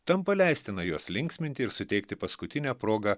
tampa leistina juos linksminti ir suteikti paskutinę progą